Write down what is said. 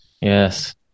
yes